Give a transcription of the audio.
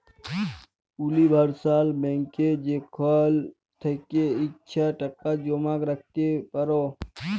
universal ব্যাংকে যেখাল থ্যাকে ইছা টাকা জমা রাইখতে পার